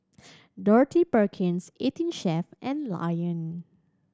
Dorothy Perkins Eighteen Chef and Lion